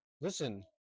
Listen